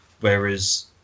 whereas